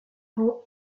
rangs